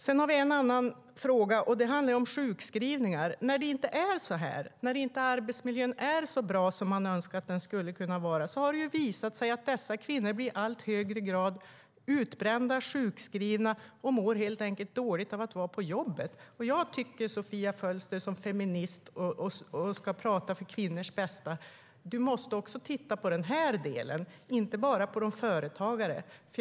Sedan har vi en annan fråga, och den handlar om sjukskrivningar. När det inte är så här, när arbetsmiljön inte är så bra som man önskar att den skulle kunna vara, har det visat sig att dessa kvinnor i allt högre grad blir utbrända och sjukskrivna - de mår helt enkelt dåligt av att vara på jobbet. Jag tycker att Sofia Fölster som feminist, som ska prata för kvinnors bästa, också måste titta på den här delen, inte bara på företagarna.